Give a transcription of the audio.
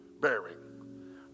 bearing